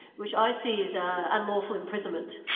which i see as ah unlawful imprisonment.